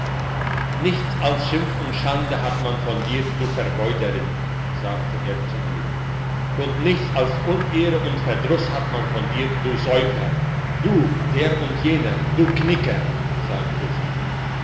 nichts als schimpf und schande hat man von dir du vergeuderin sagte er zu ihr und nichts als unehre und verdruss hat man von dir du säufer du der und jener du knicker sagte sie